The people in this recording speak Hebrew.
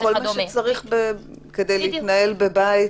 כל מה שצריך כדי להתנהל בבית